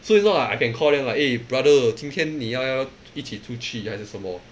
so you know I can call them like eh brother 今天你要要一起出去还是什么